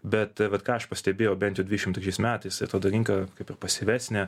bet vat ką aš pastebėjau bent dvidešimt trečiais metais ir tada rinka kaip ir pasyvesnė